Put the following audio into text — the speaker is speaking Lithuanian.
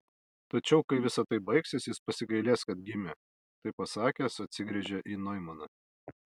tačiau kai visa tai baigsis jis pasigailės kad gimė tai pasakęs atsigręžė į noimaną